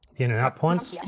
in and out points.